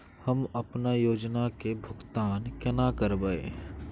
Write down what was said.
हम अपना योजना के भुगतान केना करबे?